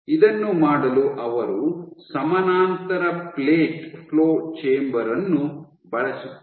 ಇದನ್ನು ಮಾಡಲು ಅವರು ಸಮಾನಾಂತರ ಪ್ಲೇಟ್ ಫ್ಲೋ ಚೇಂಬರ್ ಅನ್ನು ಬಳಸುತ್ತಾರೆ